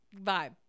vibe